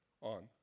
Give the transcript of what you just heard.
on